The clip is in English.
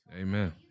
Amen